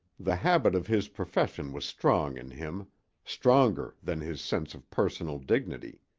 the habit of his profession was strong in him stronger than his sense of personal dignity.